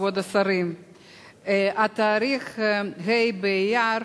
כבוד השרים, התאריך ה' באייר,